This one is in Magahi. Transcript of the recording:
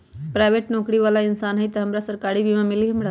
पराईबेट नौकरी बाला इंसान हई त हमरा सरकारी बीमा मिली हमरा?